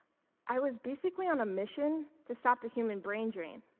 i was basically on a mission to stop the human brain dream.